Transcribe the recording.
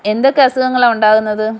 എന്തൊക്കെ അസുഖങ്ങളാണ് ഉണ്ടാകുന്നത്